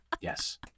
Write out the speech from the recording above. Yes